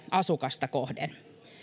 asukasta kohden